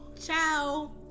Ciao